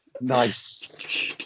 Nice